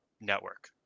network